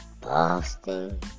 Boston